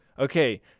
Okay